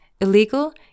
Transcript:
illegal